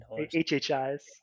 HHIs